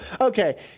okay